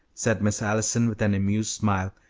said miss allison, with an amused smile.